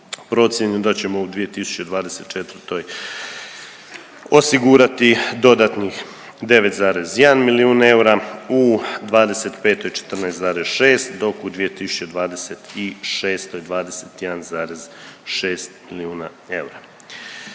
procjena je da ćemo u 2024. osigurati dodatnih 9,1 milijun eura, u '25. 14,6 dok u 2026. 21,6 milijuna eura.